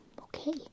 Okay